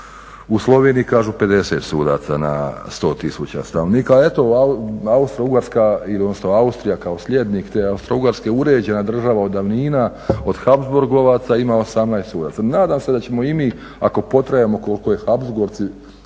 U Sloveniji kažu 50 sudaca na 100 tisuća stanovnika, a eto Austrougarska odnosno Austrija kao slijednik te Austrougarske uređena država od davnina, od Habsburgovaca ima 18 sudaca. Nadam se da ćemo i mi ako potrajemo koliko je Habsburgovci,